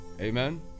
Amen